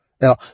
Now